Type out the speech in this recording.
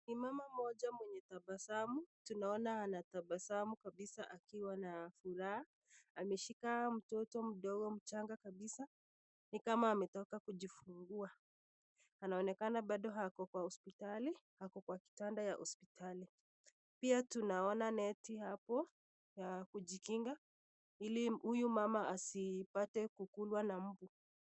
Ni mama mmoja mwenye tabasamu. Tunaona anatabasamu kabisa akiwa na furaha. Ameshika mtoto mdogo mchanga kabisa. Ni kama ametoka kujifungua. Anaonekana bado hako kwa hospitali, hako kwa kitanda ya hospitali. Pia tunaona neti hapo ya kujikinga ili huyu mama asipate kukung'wa na mbu.